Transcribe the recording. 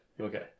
Okay